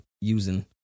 using